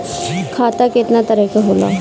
खाता केतना तरह के होला?